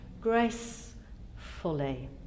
gracefully